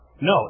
No